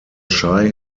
shy